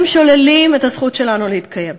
הם שוללים את הזכות שלנו להתקיים.